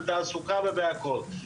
בתעסוקה והכל,